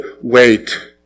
Wait